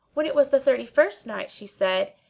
when it was the thirty-first night, she said,